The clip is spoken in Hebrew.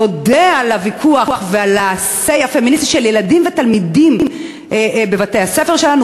נודה על הוויכוח ועל ה-say הפמיניסטי של ילדים ותלמידים בבתי-הספר שלנו,